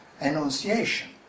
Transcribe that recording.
enunciation